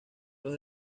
los